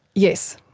yes,